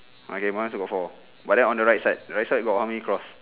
okay mine also got four but then on the right side right side got how many cross